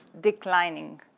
declining